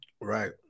Right